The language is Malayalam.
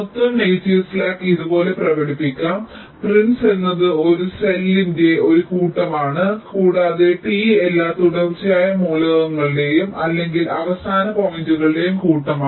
മൊത്തം നെഗറ്റീവ് സ്ലാക്ക് ഇതുപോലെ പ്രകടിപ്പിക്കാം പിൻസ് tau എന്നത് ഒരു സെൽ tau വിന്റെ ഒരു കൂട്ടമാണ് കൂടാതെ T എല്ലാ തുടർച്ചയായ മൂലകങ്ങളുടെയും അല്ലെങ്കിൽ അവസാന പോയിന്റുകളുടെയും കൂട്ടമാണ്